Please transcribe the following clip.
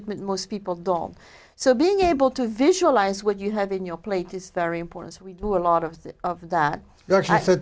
it most people don't so being able to visualize what you have in your plate is very important so we do a lot of that